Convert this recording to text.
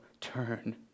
turn